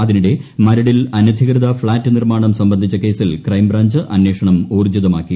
അതിനിടെ മരടിൽ അനധികൃത ഫ്ളാറ്റ് നിർമ്മാണം സംബന്ധിച്ച കേസിൽ ക്രൈംബ്രാഞ്ച് അന്വേഷണം ഊർജ്ജിതമാക്കി